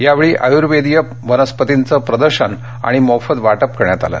या वेळी आयुर्वेदीय वनस्पतींचे प्रदर्शन आणि मोफत वाटप करण्यात आलं